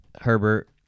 Herbert